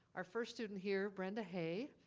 our first student here, brenda hay,